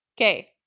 Okay